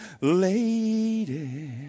Lady